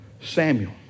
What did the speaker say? Samuel